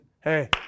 Hey